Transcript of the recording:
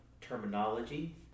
terminology